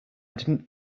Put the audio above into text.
didn’t